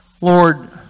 Lord